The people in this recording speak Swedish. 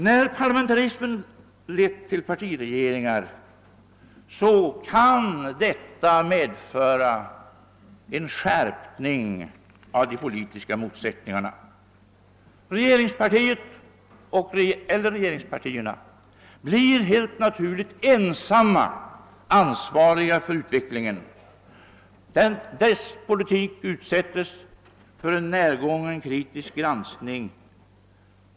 När parlamentarismen lett till att partiregeringar bildas kan en skärpning av de politiska motsättningarna uppstå. Regeringspartiet eller regeringspartierna blir helt naturligt ensamma ansvariga för utvecklingen. Regeringspolitiken utsätts för en hårdhänt kritisk granskning.